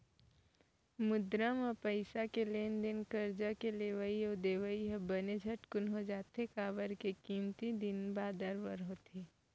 मुद्रा बजार म पइसा के लेन देन करजा के लेवई अउ देवई ह बने झटकून हो जाथे, काबर के कमती दिन बादर बर होथे